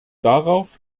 darauf